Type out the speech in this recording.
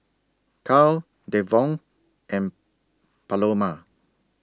Carl Devaughn and Paloma